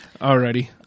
alrighty